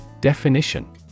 Definition